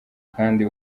kandi